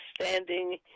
standing